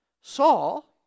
Saul